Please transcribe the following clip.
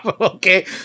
Okay